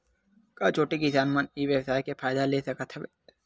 का छोटे किसान मन ई व्यवसाय के फ़ायदा ले सकत हवय?